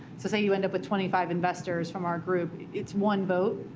so say you end up with twenty five investors from our group. it's one vote.